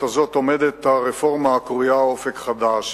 הזאת עומדת הרפורמה הקרויה "אופק חדש",